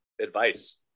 advice